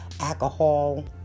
alcohol